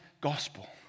gospel